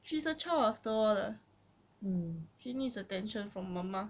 she's a child after all lah she needs attention from mama